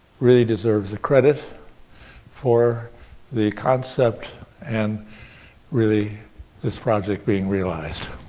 really deserves the credit for the concept and really this project being realized.